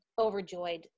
overjoyed